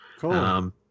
Cool